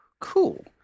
Cool